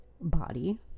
body